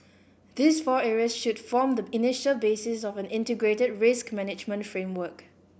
these four areas should form the initial basis of an integrated risk management framework